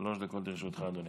שלוש דקות לרשותך, אדוני.